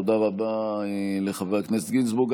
תודה רבה לחבר הכנסת גינזבורג.